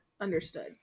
understood